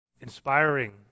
inspiring